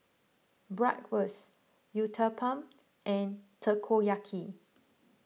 Bratwurst Uthapam and Takoyaki